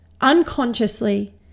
unconsciously